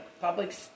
public